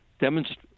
demonstrate